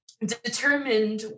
determined